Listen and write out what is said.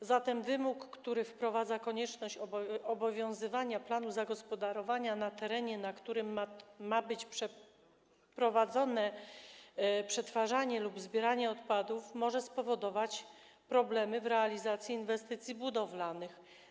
A zatem wymóg, który wprowadza konieczność obowiązywania planu zagospodarowania na terenie, na którym ma być przeprowadzone przetwarzanie lub zbieranie odpadów, może spowodować problemy w realizacji inwestycji budowlanych.